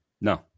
No